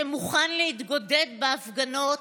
שמוכן להתגודד בהפגנות,